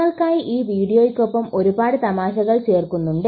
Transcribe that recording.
നിങ്ങൾക്കായി ഈ വീഡിയയോടൊപ്പം ഒരുപാട് തമാശകൾ ചേർക്കുന്നുണ്ട്